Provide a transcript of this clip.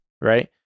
Right